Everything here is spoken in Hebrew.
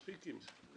מספיק עם זה.